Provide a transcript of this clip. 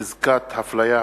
(חזקת הפליה),